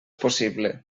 possible